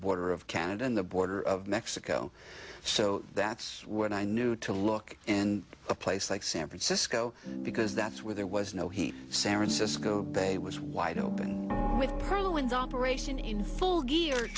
border of canada and the border of mexico so that's what i knew to look in a place like san francisco because that's where there was no heat san francisco bay was wide open with pearl owens operation in full gear